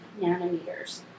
nanometers